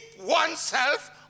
oneself